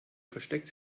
versteckt